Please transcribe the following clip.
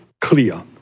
clear